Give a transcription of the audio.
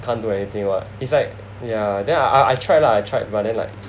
can't do anything [what] it's like yeah then I tried I tried lah but then like